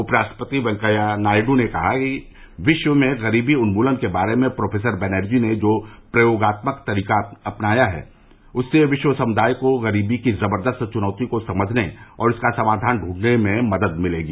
उप राष्ट्रपति वेंकैया नायडू ने कहा है कि विश्व में गरीबी उन्मूलन के बारे में प्रोफेसर बैनर्जी ने जो प्रयोगात्मक तरीका अपनाया है उससे विश्व समुदाय को गरीबी की जबरदस्त चुनौती को समझने और इसका समाधान ढूंढने में मदद मिलेगी